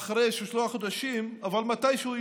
אולי לא אחרי שלושה חודשים אבל מתישהו,